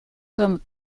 comme